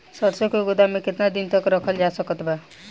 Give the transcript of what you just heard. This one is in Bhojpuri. सरसों के गोदाम में केतना दिन तक रखल जा सकत बा?